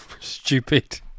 stupid